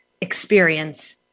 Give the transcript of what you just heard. experience